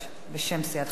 בשם סיעת חד"ש.